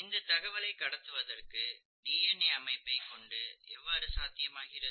இந்த தகவலை கடத்துவதற்கு டிஎன்ஏ வின் அமைப்பைக் கொண்டு எவ்வாறு சாத்தியமாகிறது